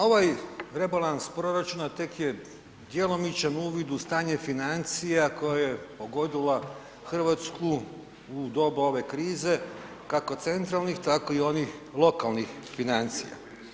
Ovaj rebalans proračuna tek je djelomično uvid u stanje financija koje je pogodila Hrvatsku u doba ove krize kako centralnih, tako i onih lokalnih financija.